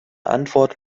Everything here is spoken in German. antwort